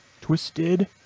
Twisted